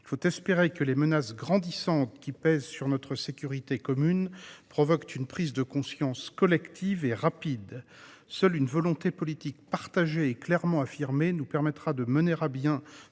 Il faut espérer que les menaces grandissantes qui pèsent sur notre sécurité commune provoquent une prise de conscience collective et rapide. Seule une volonté politique partagée et clairement affirmée nous permettra de mener à bien